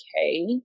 okay